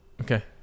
Okay